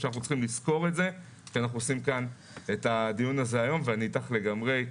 שאנחנו צריכים לזכור את זה ואני אתך לגמרי.